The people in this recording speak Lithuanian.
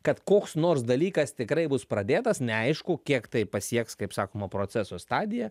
kad koks nors dalykas tikrai bus pradėtas neaišku kiek tai pasieks kaip sakoma proceso stadiją